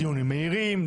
דיונים מהירים,